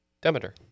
Demeter